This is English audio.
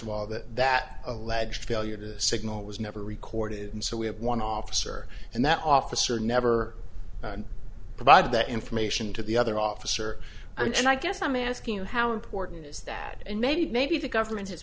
of all that that alleged failure to signal was never recorded and so we have one officer and that officer never provided that information to the other officer and i guess i'm asking you how important is that and maybe the government